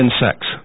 insects